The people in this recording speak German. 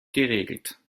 geregelt